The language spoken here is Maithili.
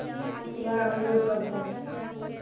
उएह होबे करतै